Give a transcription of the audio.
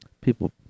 People